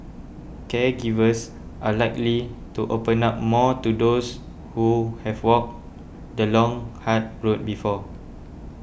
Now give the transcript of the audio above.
caregivers are likely to open up more to those who have walked the long hard road before